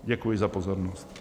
Děkuji za pozornost.